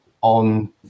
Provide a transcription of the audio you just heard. on